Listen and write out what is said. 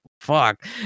fuck